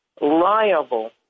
liable